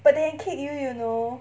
but they kick you you know